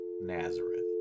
Nazareth